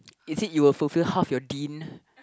is it you will fulfill half your deen